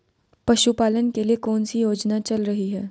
पशुपालन के लिए कौन सी योजना चल रही है?